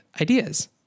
ideas